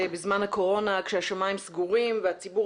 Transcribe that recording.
בזמן הקורונה כשהשמים סגורים והציבור